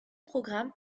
programmes